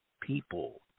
people